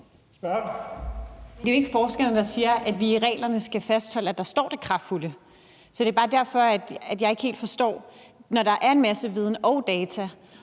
Det er jo ikke forskerne, der siger, at vi i reglerne skal fastholde, at der står det med kraftanvendelse. Så det er bare derfor, jeg ikke helt forstår det, når der er en masse viden, data